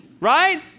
right